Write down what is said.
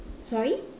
sorry